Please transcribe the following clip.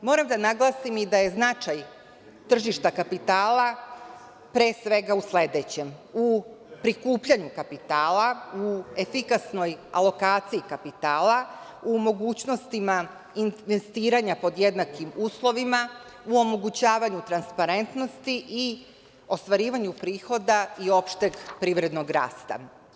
Moram da naglasim i da je značaj tržišta kapitala, pre svega, u sledećem - u prikupljanju kapitala, u efikasnoj alokaciji kapitala, u mogućnostima investiranja pod jednakim uslovima, u omogućavanju transparentnosti i ostvarivanju prihoda i opšteg privrednog rasta.